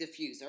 diffuser